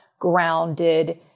grounded